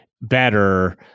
better